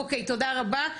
אוקי, תודה רבה.